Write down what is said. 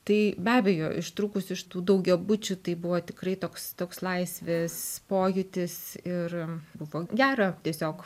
tai be abejo ištrūkus iš tų daugiabučių tai buvo tikrai toks toks laisvės pojūtis ir buvo gera tiesiog